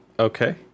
Okay